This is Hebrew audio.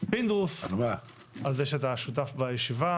בעלי תפקידים,